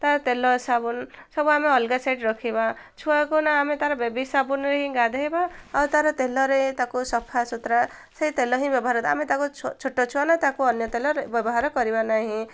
ତାର ତେଲ ସାବୁନ ସବୁ ଆମେ ଅଲଗା ସାଇଡ଼୍ ରଖିବା ଛୁଆକୁ ନା ଆମେ ତାର ବେବି ସାବୁନରେ ହିଁ ଗାଧେଇବା ଆଉ ତାର ତେଲରେ ତାକୁ ସଫା ସୁତୁରା ସେଇ ତେଲ ହିଁ ବ୍ୟବହାର ଆମେ ତାକୁ ଛୋଟ ଛୁଆ ନା ତାକୁ ଅନ୍ୟ ତେଲ ବ୍ୟବହାର କରିବା ନାହିଁ